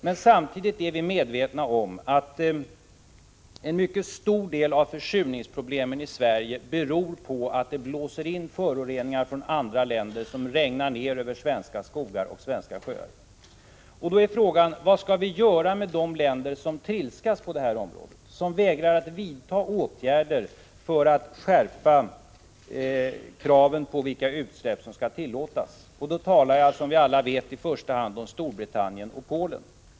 Men samtidigt är vi medvetna om att en mycket stor del av försurningsproblemen i Sverige beror på att det blåser in föroreningar från andra länder som regnar ner över svenska skogar och svenska sjöar. Då är frågan: Vad skall vi göra med de länder som trilskas på det här området, som vägrar att vidta åtgärder för att skärpa kraven i fråga om vilka utsläpp som skall tillåtas? Då talar jag, som vi alla vet, i första hand om Storbritannien och Polen.